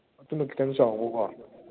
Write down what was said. ꯑꯗꯨꯅ ꯈꯤꯇꯪ ꯆꯥꯎꯕꯀꯣ